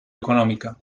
económica